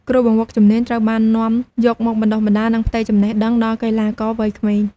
គ្រូបង្វឹកជំនាញត្រូវបាននាំយកមកបណ្តុះបណ្តាល និងផ្ទេរចំណេះដឹងដល់កីឡាករវ័យក្មេង។